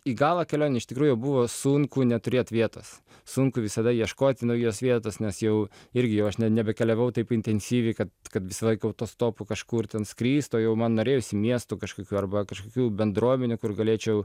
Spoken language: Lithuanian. į galą kelionėj iš tikrųjų jau buvo sunku neturėt vietos sunku visada ieškoti naujos vietos nes jau irgi jau aš nebe keliavau taip intensyviai kad kad visą laiką autostopu kažkur ten skrist o jau man norėjosi miestų kažkokių arba kažkokių bendruomenių kur galėčiau